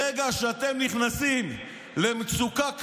ברגע שאתם נכנסים למצוקה קלה,